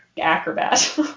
acrobat